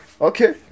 Okay